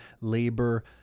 labor